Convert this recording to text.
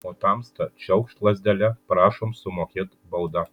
o tamsta čiaukšt lazdele prašom sumokėt baudą